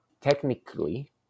technically